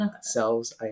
selves